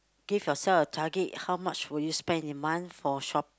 give yourself a target how much will you spend in a month for shop